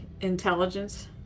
intelligence